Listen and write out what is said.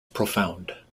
profound